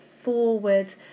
forward